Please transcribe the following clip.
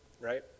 right